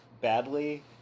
badly